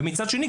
ומצד שני,